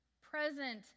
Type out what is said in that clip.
present